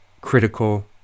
critical